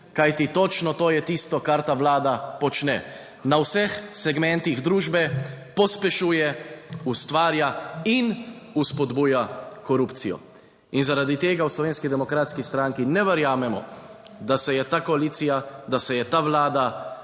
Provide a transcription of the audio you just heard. kajti točno to je tisto, kar ta Vlada počne. Na vseh segmentih družbe pospešuje, ustvarja in spodbuja korupcijo. In zaradi tega v Slovenski demokratski stranki ne verjamemo, da se je ta koalicija, da se je ta Vlada